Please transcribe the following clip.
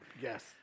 Yes